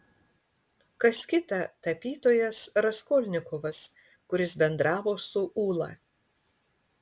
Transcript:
kas kita tapytojas raskolnikovas kuris bendravo su ūla